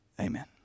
Amen